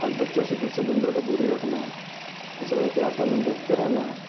اور بچوں سے تو سلینڈر کو دور ہی رکھنا ہے یہ سب احتیاطاً دیکھتے رہنا ہے